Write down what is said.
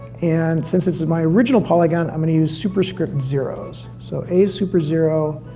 and since this is my original polygon, i'm gonna use superscript zeroes. so a super zero,